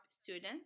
students